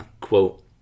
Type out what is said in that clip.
Quote